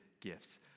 gifts